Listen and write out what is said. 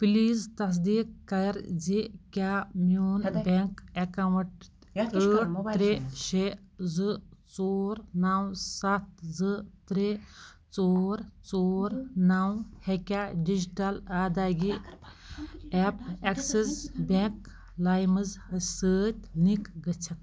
please تصدیٖق کَر زِ کیٛاہ میون بٮ۪نٛک اٮ۪کاوُنٛٹ ٲٹھ ترٛےٚ شےٚ زٕ ژور نَو سَتھ زٕ ترٛےٚ ژور ژور نَو ہیٚکیٛاہ ڈِجِٹَل اَدایگی ایپ ایٚکسِس بٮ۪نٛک لایمٕز سۭتۍ لِنٛک گٔژھِتھ